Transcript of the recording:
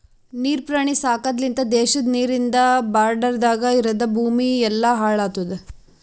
ನೀರ್ ಪ್ರಾಣಿ ಸಾಕದ್ ಲಿಂತ್ ದೇಶದ ನೀರಿಂದ್ ಬಾರ್ಡರದಾಗ್ ಇರದ್ ಭೂಮಿ ಎಲ್ಲಾ ಹಾಳ್ ಆತುದ್